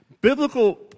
biblical